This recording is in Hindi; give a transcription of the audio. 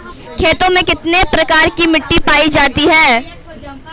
खेतों में कितने प्रकार की मिटी पायी जाती हैं?